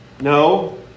No